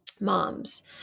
moms